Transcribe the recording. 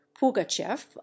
Pugachev